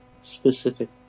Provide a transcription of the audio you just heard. specific